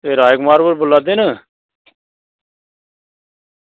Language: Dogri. एह् राज कुमार होर बोल्ला दे न